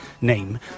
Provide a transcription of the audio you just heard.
name